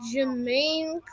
Jermaine